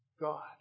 God